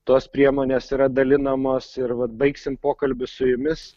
tos priemonės yra dalinamos ir vat baigsim pokalbį su jumis